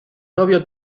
novio